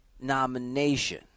nomination